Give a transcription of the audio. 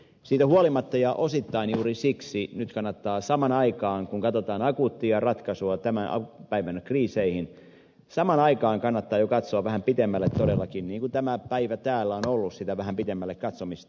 siitä huolimatta ja osittain juuri siksi nyt kannattaa samaan aikaan kun katsotaan akuuttia ratkaisua tämän päivän kriiseihin jo katsoa vähän pitemmälle todellakin niin kuin tämä päivä täällä on ollut sitä vähän pitemmälle katsomista